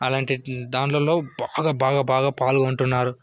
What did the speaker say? అలాంటి దాన్లలో బాగా బాగా బాగా పాల్గొంటున్నారు